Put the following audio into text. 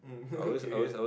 um okay yeah